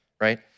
right